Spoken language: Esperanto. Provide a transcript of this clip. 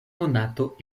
monato